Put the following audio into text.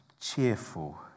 cheerful